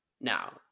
Now